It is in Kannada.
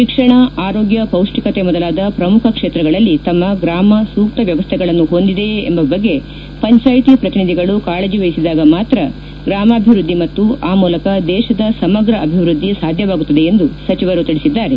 ಶಿಕ್ಷಣ ಆರೋಗ್ಕ ಪೌಷ್ಟಿಕತೆ ಮೊದಲಾದ ಪ್ರಮುಖ ಕ್ಷೇತ್ರಗಳಲ್ಲಿ ತಮ್ಮ ಗ್ರಾಮ ಸೂಕ್ತ ವ್ಯವಸ್ಥೆಗಳನ್ನು ಹೊಂದಿದೆಯೇ ಎಂಬ ಬಗ್ಗೆ ಪಂಚಾಯ್ತಿ ಪ್ರತಿನಿಧಿಗಳು ಕಾಳಜಿ ವಹಿಸಿದಾಗ ಮಾತ್ರ ಗ್ರಮಾಭಿವೃದ್ದಿ ಮತ್ತು ಆ ಮೂಲಕ ದೇಶದ ಸಮಗ್ರ ಅಭಿವೃದ್ಧಿ ಸಾಧ್ಯವಾಗುತ್ತದೆ ಎಂದು ಸಚಿವರು ತಿಳಿಸಿದ್ದಾರೆ